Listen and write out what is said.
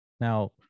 Now